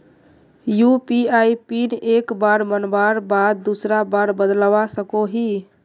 UPI pin एक बार बनवार बाद दूसरा बार बदलवा सकोहो ही?